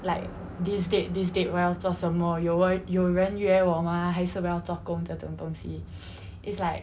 like this date this date 我要做什么有人有人约我 mah 还是我要做工这种东西 is like